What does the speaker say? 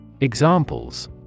Examples